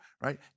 right